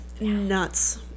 nuts